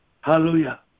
hallelujah